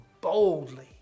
boldly